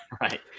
right